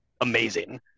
amazing